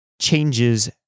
changes